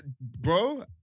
Bro